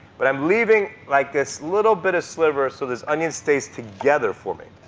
but i'm leaving like this little bit of sliver so this onion stays together for me.